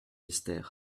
mystère